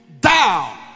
down